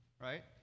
Right